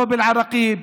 לא באל-עראקיב,